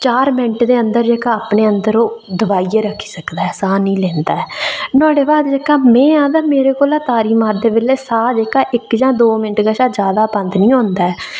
चार मिंट दे अदर अपने अंदर जेह्का ओह् दबाइयै रक्खी सकदा ऐ लेई निं सकदा ऐ ते नुहाड़े बाद जेह्का में आं ते मेरे कोला तारी मारदे बेल्लै साह् जेह्का ओह् इक्क जां दौ मिंट कशा जादै बंद निं होंदा ऐ